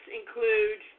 include